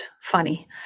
funny